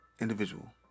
individual